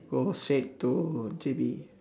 go straight to J_B